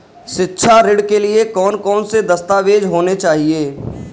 शिक्षा ऋण के लिए कौन कौन से दस्तावेज होने चाहिए?